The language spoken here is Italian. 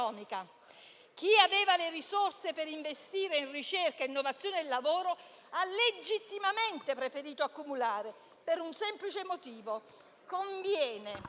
Chi aveva le risorse per investire in ricerca, innovazione e lavoro ha legittimamente preferito accumulare per un semplice motivo: conviene.